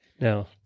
no